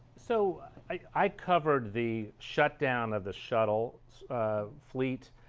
so i covered the shutdown of the shuttle fleet.